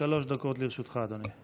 שלוש דקות לרשותך, אדוני.